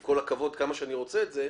עם כל הכבוד לכמה שאני רוצה את זה,